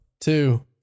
two